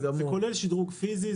זה כולל שדרוג פיזי,